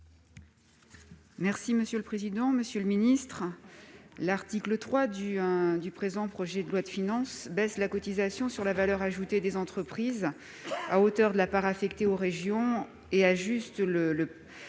Mme Isabelle Briquet, sur l'article. L'article 3 du présent projet de loi de finances baisse la cotisation sur la valeur ajoutée des entreprises (CVAE) à hauteur de la part affectée aux régions et ajuste le